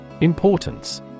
Importance